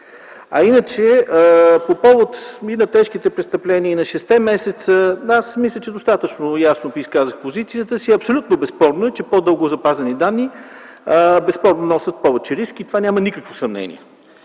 А по повод на тежките престъпления и шестте месеца, мисля, че достатъчно ясно изказах позицията си. Абсолютно безспорно е, че по-дълго запазени данни носят повече риск и в това няма никакво съмнение.